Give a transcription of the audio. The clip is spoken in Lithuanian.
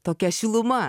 tokia šiluma